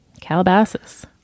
Calabasas